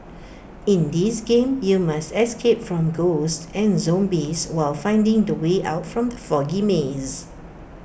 in this game you must escape from ghosts and zombies while finding the way out from the foggy maze